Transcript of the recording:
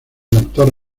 doctor